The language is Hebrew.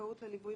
הזכאות לליווי